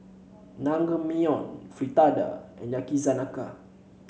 Naengmyeon Fritada and Yakizakana